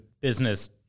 business